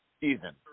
season